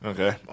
Okay